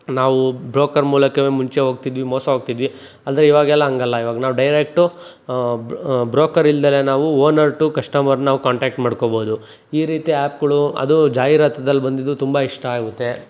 ನಾವು ಬ್ರೋಕರ್ ಮೂಲಕವೇ ಮುಂಚೆ ಹೋಗ್ತಿದ್ವಿ ಮೋಸ ಹೋಗ್ತಿದ್ವಿ ಆದರೆ ಇವಾಗೆಲ್ಲ ಹಂಗಲ್ಲ ಇವಾಗ ನಾವು ಡೈರೆಕ್ಟು ಬ್ ಬ್ರೋಕರ್ ಇಲ್ದಲೆ ನಾವು ಓನರ್ ಟು ಕಶ್ಟಮರ್ ನಾವು ಕಾಂಟ್ಯಾಕ್ಟ್ ಮಾಡ್ಕೊಬೋದು ಈ ರೀತಿ ಆ್ಯಪ್ಗಳು ಅದೂ ಜಾಹೀರಾತದಲ್ಲಿ ಬಂದಿದ್ದು ತುಂಬ ಇಷ್ಟ ಆಗುತ್ತೆ